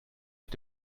mit